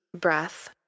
breath